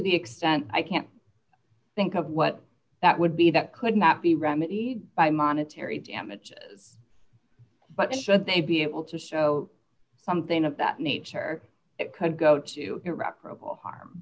the extent i can't think of what that would be that could not be remedied by monetary damages but then should they be able to show something of that nature it could go to irreparable harm